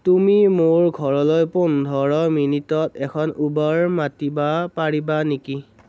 তুমি মোৰ ঘৰলৈ পোন্ধৰ মিনিটত এখন উবাৰ মাতিবা পাৰিবা নেকি